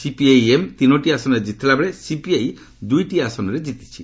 CPIM ଡିନୋଟି ଆସନରେ ଜିତିଥିବା ବେଳେ ସିପିଆଇ ଦୁଇଟି ଆସନରେ ଜିତିଛି